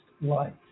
life